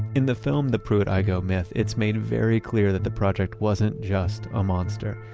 in the film the pruitt-igoe myth, it's made very clear that the project wasn't just a monster.